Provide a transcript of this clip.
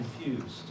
confused